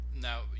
Now